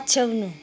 पछ्याउनु